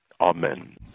Amen